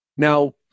Now